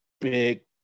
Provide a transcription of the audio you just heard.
big